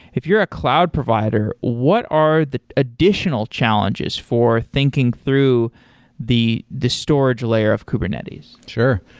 if you're a cloud provider, what are the additional challenges for thinking through the the storage layer of kubernetes? sure.